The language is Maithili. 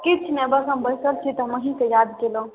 किछु नहि बस हम बैसल छी तऽ हम अहिँ कऽ याद कयलहुँ